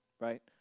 right